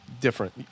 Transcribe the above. different